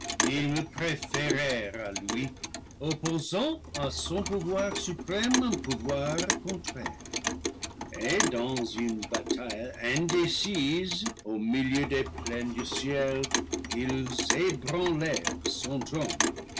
préférèrent à lui opposant à son pouvoir suprême un pouvoir contraire et dans une bataille indécise au milieu des plaines du ciel ils ébranlèrent son